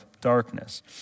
darkness